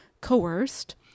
coerced